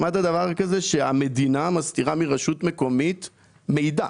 שמעת דבר כזה שהמדינה מסתירה מרשות מקומית מידע?